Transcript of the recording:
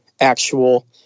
actual